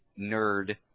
nerd